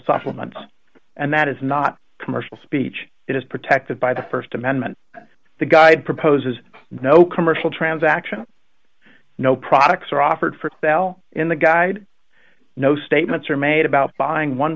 supplements and that is not commercial speech it is protected by the st amendment the guide proposes no commercial transaction no products are offered for sale in the guide no statements are made about buying one